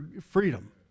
freedom